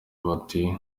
bati